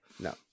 No